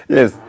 Yes